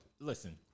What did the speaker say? listen